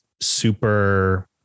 super